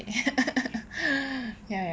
ya